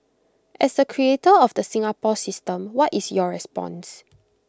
as A creator of the Singapore system what is your response